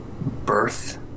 birth